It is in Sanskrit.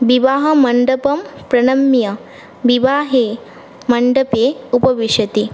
विवाहमण्डपं प्रणम्य विवाहे मण्डपे उपविशति